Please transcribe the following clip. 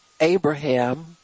Abraham